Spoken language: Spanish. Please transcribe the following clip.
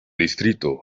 distrito